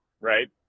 right